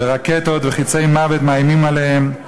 ורקטות וחצי מוות מאיימים עליהם.